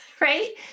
Right